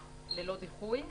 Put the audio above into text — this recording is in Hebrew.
ללא דיחוי,